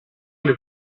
alle